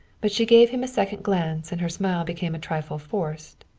but she gave him a second glance and her smile became a trifle forced.